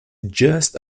just